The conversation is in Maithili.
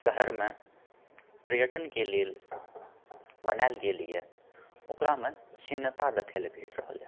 शहरमे पर्यटनके लेल बनायल गेलए ओकरामे क्षीणता देखयलऽ भेट रहल हँ